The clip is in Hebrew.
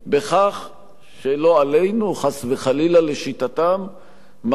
שלא עלינו, חס וחלילה לשיטתם, מכרו קרקעות